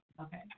Okay